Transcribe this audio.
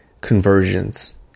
conversions